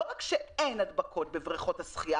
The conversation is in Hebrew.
שלא רק שאין הדבקות בבריכות השחייה